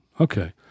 Okay